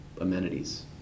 amenities